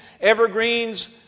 evergreens